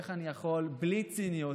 איך אני יכול בלי ציניות,